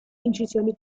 incisioni